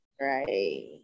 right